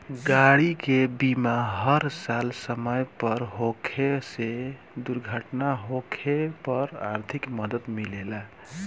गाड़ी के बीमा हर साल समय पर होखे से दुर्घटना होखे पर आर्थिक मदद मिलेला